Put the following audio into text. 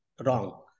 wrong